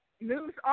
News